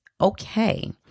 okay